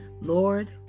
Lord